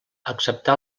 acceptà